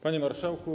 Panie Marszałku!